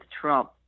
Trump